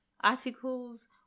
Articles